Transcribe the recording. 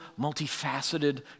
multifaceted